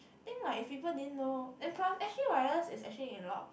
think like if people din know and plus S G wireless is actually in a lot